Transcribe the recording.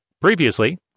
Previously